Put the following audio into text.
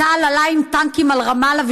וצה"ל עלה עם טנקים על רמאללה,